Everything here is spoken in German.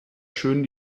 schön